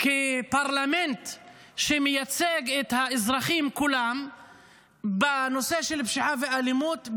כפרלמנט שמייצג את האזרחים כולם בנושא של פשיעה ואלימות,